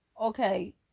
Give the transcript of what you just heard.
okay